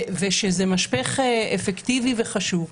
וזה משפך אפקטיבי וחשוב.